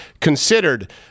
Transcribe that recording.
considered